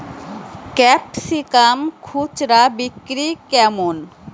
Capsicum খুচরা বিক্রি কেমন?